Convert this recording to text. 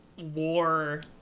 war